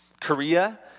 Korea